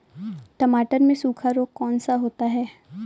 टमाटर में सूखा रोग कौन सा होता है?